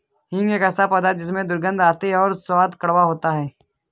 हींग एक ऐसा पौधा है जिसमें दुर्गंध आती है और स्वाद कड़वा होता है